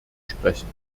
sprechen